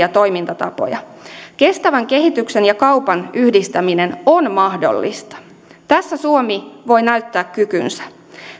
ja kestäviä toimintatapoja kestävän kehityksen ja kaupan yhdistäminen on mahdollista tässä suomi voi näyttää kykynsä